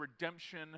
redemption